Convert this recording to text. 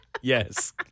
yes